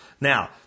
Now